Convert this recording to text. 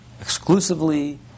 exclusively